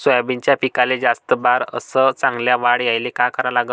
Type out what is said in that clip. सोयाबीनच्या पिकाले जास्त बार अस चांगल्या वाढ यायले का कराव?